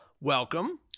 welcome